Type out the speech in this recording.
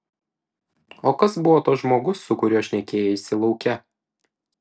o kas buvo tas žmogus su kuriuo šnekėjaisi lauke